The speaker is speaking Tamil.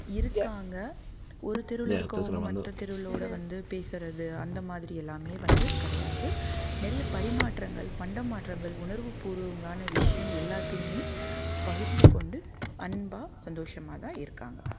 இருக்காங்கள் ஒரு தெருவில் இருக்கவங்க மற்ற தெருவிலோட வந்து பேசுகிறது அந்த மாதிரியெல்லாமே வந்து கிடையாது நிறைய பரிமாற்றங்கள் பண்டமாற்றங்கள் உணர்வுபூர்வங்களான விஷயம் எல்லாத்தையுமே பகிர்ந்து கொண்டு அன்பாக சந்தோஷமாக தான் இருக்காங்கள்